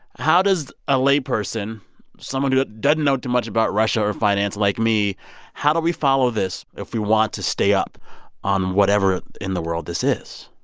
how does a layperson someone who doesn't know too much about russia or finance like me how do we follow this if we want to stay up on whatever in the world this is?